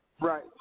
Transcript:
Right